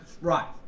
Right